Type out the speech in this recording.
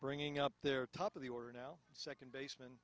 bringing up their top of the order now second basem